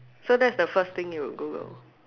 so that's the first thing you would Google